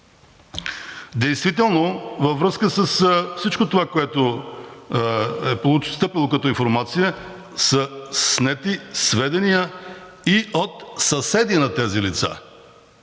Действително във връзка с всичко това, което е постъпило като информация, са снети сведения и от съседи на тези лица.